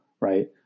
right